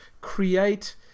create